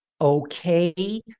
okay